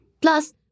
Plus